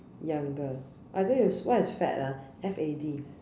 younger I think is what is fad ah F A D